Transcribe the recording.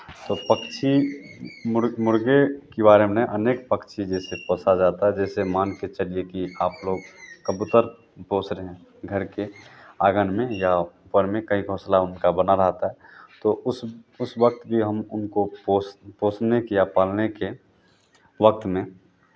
तो पक्षी मुर मुर्गे के बारे में अनेक पक्षी जैसे पोसा जाता है जैसे मान के चलिए कि आप लोग कबूतर पोस रहे हैं घर के आंगन में या ऊपर में कहीं घोंसला उनका बना रहता है तो उस उस वक्त भी हम उनको पोस पोसने के या पालने के वक्त में